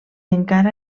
encara